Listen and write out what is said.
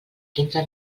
quinze